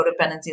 codependency